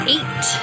Eight